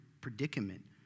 predicament